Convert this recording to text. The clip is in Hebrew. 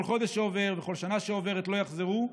כל חודש שעובר וכל שנה שעוברת לא יחזרו,